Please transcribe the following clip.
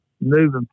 moving